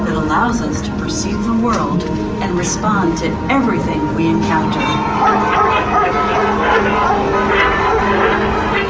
allows us to perceive the world and respond to everything we encounter. um